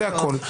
זה הכול.